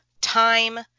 time